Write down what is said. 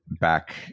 back